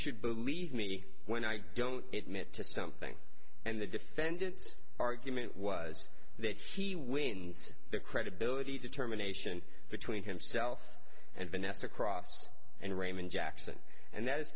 should believe me when i don't it to something and the defendant's argument was that he wins the credibility determination between himself and vanessa cross and raymond jackson and that is